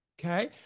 okay